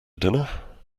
dinner